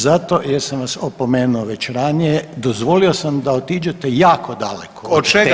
Zato jer sam vas opomenu već ranije, dozvolio sam da otiđete jako daleko od teme.